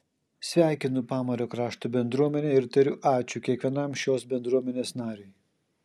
sveikinu pamario krašto bendruomenę ir tariu ačiū kiekvienam šios bendruomenės nariui